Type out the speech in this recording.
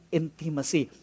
intimacy